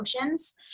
emotions